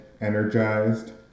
energized